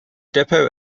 depot